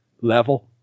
level